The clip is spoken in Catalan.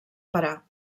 parar